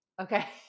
Okay